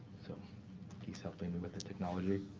so please help me me with the technology.